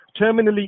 terminally